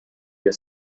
your